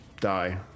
die